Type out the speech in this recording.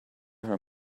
her